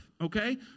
Okay